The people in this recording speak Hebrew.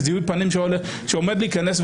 של זיהוי פנים שעומד להיכנס,